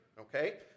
okay